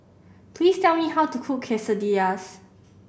please tell me how to cook Quesadillas